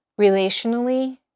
Relationally